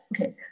okay